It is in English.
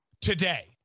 today